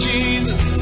Jesus